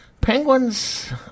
Penguins